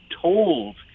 told